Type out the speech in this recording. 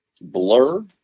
blur